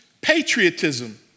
patriotism